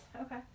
Okay